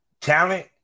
talent